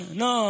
no